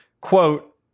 Quote